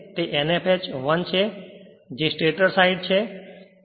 તે Nfh 1 છે જે સ્ટેટર સાઈડ છે